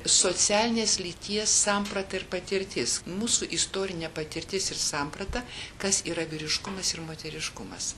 socialinės lyties samprata ir patirtis mūsų istorinė patirtis ir samprata kas yra vyriškumas ir moteriškumas